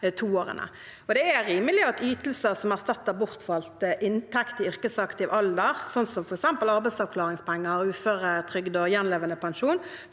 Det er rimelig at ytelser som erstatter bortfalt inntekt i yrkesaktiv alder, som f.eks. arbeidsavklaringspenger, uføretrygd og gjenlevendepensjon,